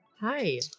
Hi